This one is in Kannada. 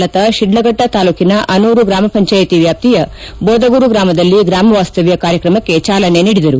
ಲತಾ ಶಿಢ್ಲಘಟ್ಟ ತಾಲ್ಲೂಕಿನ ಅನೂರು ಗ್ರಾಮ ಪಂಚಾಯಿತಿ ವ್ಯಾಪ್ತಿಯ ಜೋದಗೂರು ಗ್ರಾಮದಲ್ಲಿ ಗ್ರಾಮ ವಾಸವ್ಯ ಕಾರ್ಯಕ್ರಮಕ್ಕೆ ಚಾಲನೆ ನೀಡಿದರು